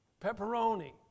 Pepperoni